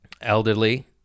elderly